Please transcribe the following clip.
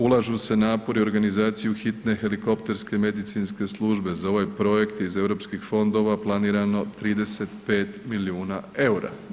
Ulaže se napori organizacije u hitne helikopterske medicinske službe za ovaj projekt iz europskih fondova planirano 35 milijuna EUR-a.